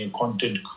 content